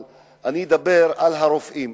אבל אני אדבר על הרופאים.